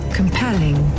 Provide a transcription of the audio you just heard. compelling